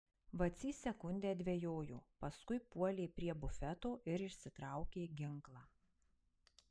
vacys sekundę dvejojo paskui puolė prie bufeto ir išsitraukė ginklą